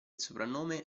soprannome